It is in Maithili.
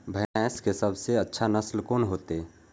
भैंस के सबसे अच्छा नस्ल कोन होते?